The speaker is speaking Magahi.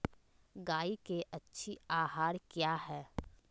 गाय के अच्छी आहार किया है?